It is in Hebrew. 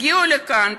הגיעו לכאן,